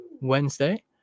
Wednesday